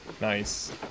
Nice